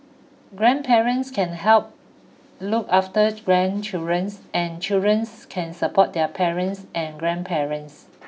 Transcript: grandparents can help look after grandchildrens and childrens can support their parents and grandparents